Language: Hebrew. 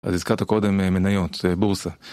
אז הזכרת קודם מניות, בורסה.